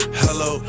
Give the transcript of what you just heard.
hello